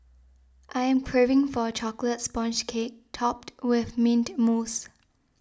I am craving for a Chocolate Sponge Cake Topped with Mint Mousse